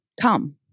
come